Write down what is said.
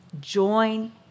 join